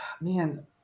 man